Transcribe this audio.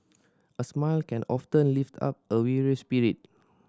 a smile can often lift up a weary spirit